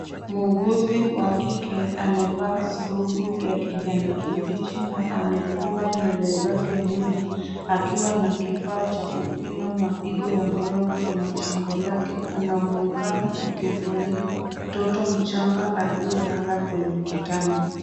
Muuguzi wa kike amevaa skrubu ya kijani kibichi na amefunga nywele zake nyuma akiwa na kifaa cha kupima mapigo ya moyo kwenye shingo lake . Anaonekana akimfunika mtoto mchanga aliyelala kwenye kitanda.